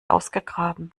ausgegraben